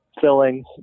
fillings